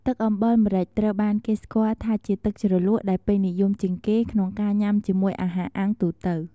ទឹកអំបិលម្រេចត្រូវបានគេស្គាល់ថាជា ទឹកជ្រលក់ដែលពេញនិយមជាងគេក្នុងការញុាំជាមួយអាហារអាំងទូទៅ។